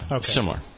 similar